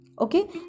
Okay